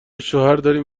شوهرداریم